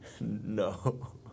No